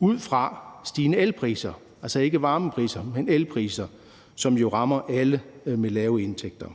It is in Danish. ud fra stigende elpriser, altså ikke varmepriser, men elpriser, som jo rammer alle med lave indtægter.